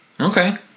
Okay